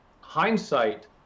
hindsight